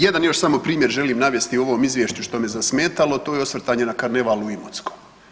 Jedan još samo primjer želim navesti u ovom Izvješću što me zasmetalo, a to je osvrtanje na karneval u Imotskom.